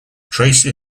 tracy